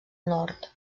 nord